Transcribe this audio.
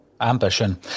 Ambition